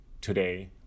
today